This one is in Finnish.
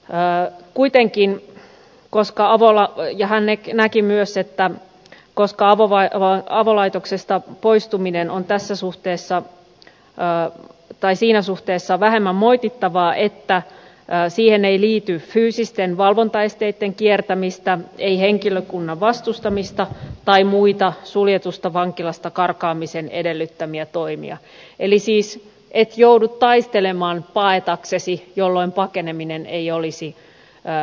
mää kuitenkin koska autolla ojahan hän näki myös että avolaitoksesta poistuminen on siinä suhteessa vähemmän moitittavaa että siihen ei liity fyysisten valvontaesteitten kiertämistä ei henkilökunnan vastustamista tai muita suljetusta vankilasta karkaamisen edellyttämiä toimia eli siis et joudu taistelemaan paetaksesi jolloin pakeneminen ei olisi rangaistavaa